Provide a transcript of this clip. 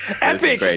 epic